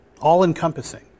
all-encompassing